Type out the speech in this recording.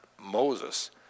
Moses